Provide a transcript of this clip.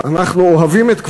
אנחנו אוהבים את כבודו,